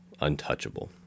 untouchable